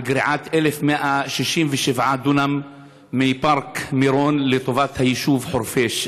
על גריעת 1,167 דונם מפארק מירון לטובת היישוב חורפיש,